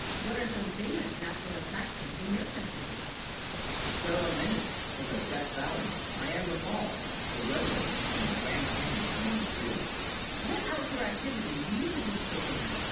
what are some famous natural attractions in your country there are many such as death valley niagara falls the redwoods and the grand canyon to name a few what outdoor activity, do you participate in